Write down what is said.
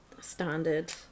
standard